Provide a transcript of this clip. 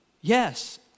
Yes